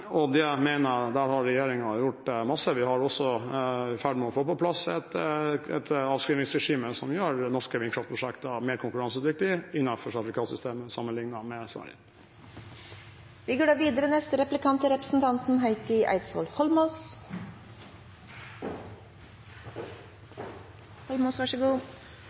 Storbritannia. Der mener jeg regjeringen har gjort masse. Vi er også i ferd med å få på plass et avskrivingsregime som gjør norske vindkraftprosjekter mer konkurransedyktige innenfor sertifikatsystemet, sammenliknet med Sverige. Jeg leste avisen i går.